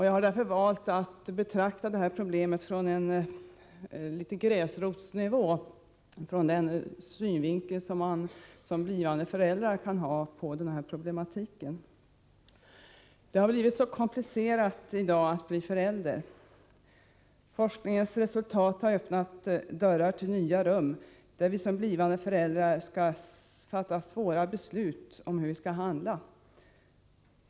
Jag har därför valt att betrakta denna problematik från gräsrotsnivå, ur de blivande föräldrarnas synvinkel. Det är i dag så komplicerat att bli förälder. Forskningens resultat har öppnat dörrar till nya rum, där vi som blivande föräldrar skall fatta svåra beslut om hur vi skall handla.